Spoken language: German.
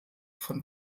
von